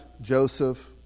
Joseph